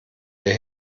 der